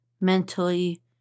mentally